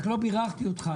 אבל עוד לא בירכתי אותך.